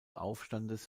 aufstandes